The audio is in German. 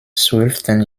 zwölften